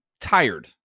tired